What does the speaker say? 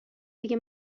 دیگه